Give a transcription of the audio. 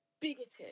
Bigoted